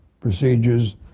procedures